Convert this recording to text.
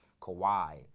Kawhi